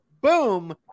boom